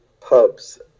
pubs